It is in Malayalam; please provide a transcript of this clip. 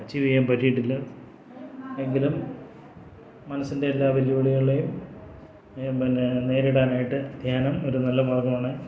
അച്ചീവ് ചെയ്യാൻ പറ്റിയിട്ടില്ല എങ്കിലും മനസ്സിൻ്റെ എല്ലാ വെല്ലുവിളികളെയും പിന്നെ നേരിടാനായിട്ട് ധ്യാനം ഒരു നല്ല മാർഗ്ഗമാണ്